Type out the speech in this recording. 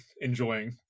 enjoying